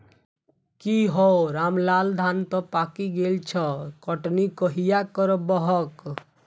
की हौ रामलाल, धान तं पाकि गेल छह, कटनी कहिया करबहक?